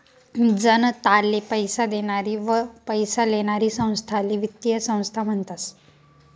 जनताले पैसा देनारी व पैसा लेनारी संस्थाले वित्तीय संस्था म्हनतस